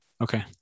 Okay